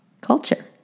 culture